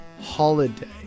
holiday